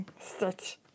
Stitch